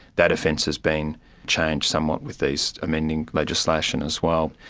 that offence has been changed somewhat with this amending legislation as well,